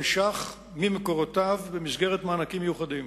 שקלים ממקורותיו במסגרת מענקים מיוחדים.